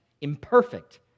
imperfect